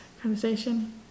conversation